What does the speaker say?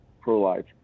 pro-life